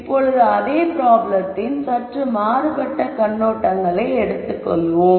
இப்போது அதே ப்ராப்ளத்தின் சற்று மாறுபட்ட கண்ணோட்டங்களை எடுத்துக்கொள்வோம்